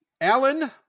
Alan